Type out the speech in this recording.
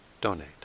donate